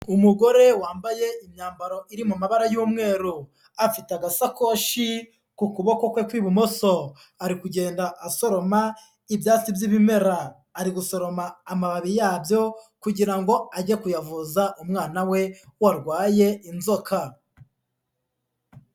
Umugore wambaye imyambaro iri mu mabara y'umweru, afite agasakoshi ku kuboko kwe kw'ibumoso, ari kugenda asoroma ibyatsi by'ibimera, ari gusoroma amababi yabyo kugira ngo ajye kuyavuza umwana we warwaye inzoka.